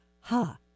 Ha